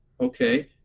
Okay